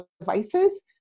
devices